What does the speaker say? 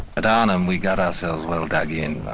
at arnhem, we got ourselves well dug in,